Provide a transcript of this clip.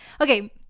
Okay